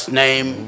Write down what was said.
name